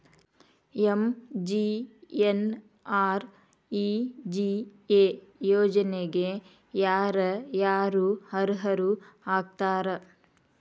MGNREGA ಯೋಜನೆಗೆ ಯಾರ ಯಾರು ಅರ್ಹರು ಆಗ್ತಾರ?